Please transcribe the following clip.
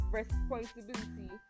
responsibility